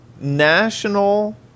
national